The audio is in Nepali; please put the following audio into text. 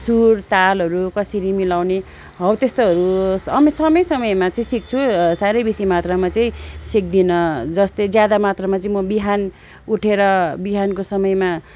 सुर तालहरू कसरी मिलाउने हौ त्यस्तोहरू अब समय समयमा चाहिँ सिक्छु साह्रै बेसी मात्रामा चाहिँ सिक्दिनँ जस्तै ज्यादा मात्रामा चाहिँ म बिहान उठेर बिहानको समयमा